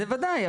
זה ודאי,